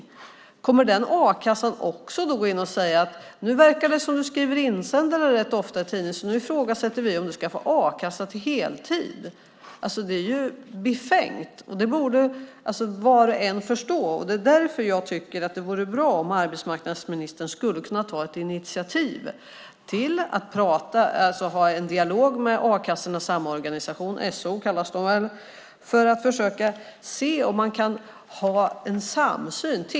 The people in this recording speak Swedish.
Kommer den a-kassan också att säga att det verkar som att personen ofta skriver insändare i tidningen, och därför ifrågasätter kassan om personen ska få a-kassa för heltid? Det är befängt. Det borde var och en förstå. Det vore därför bra om arbetsmarknadsministern kunde ta ett initiativ till att ha en dialog med Arbetslöshetskassornas Samorganisation, SO, för att försöka se om det går att få en samsyn.